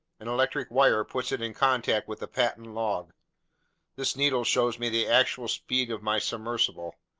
an electric wire puts it in contact with the patent log this needle shows me the actual speed of my submersible.